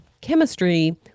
chemistry